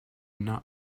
not